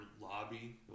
lobby